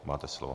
Máte slovo.